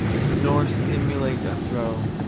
nor simulate a throe.